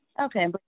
Okay